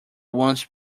once